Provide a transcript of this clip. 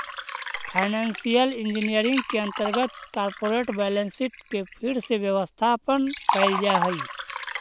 financial engineering के अंतर्गत corporate balance sheet के फिर से व्यवस्थापन कैल जा हई